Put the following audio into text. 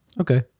Okay